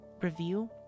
review